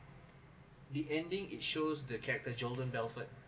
the ending it shows the character jordan belfort